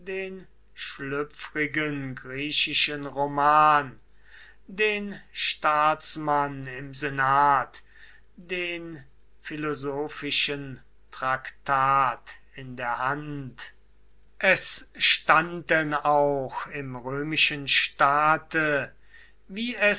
den schlüpfrigen griechischen roman den staatsmann im senat den philosophischem traktat in der hand es stand denn auch im römischen staate wie